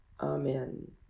Amen